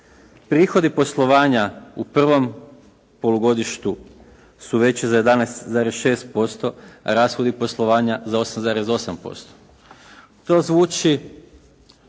prihodi poslovanja u prvom polugodištu su veći za 11,6%, rashodi poslovanja za 8,8%. To zvuči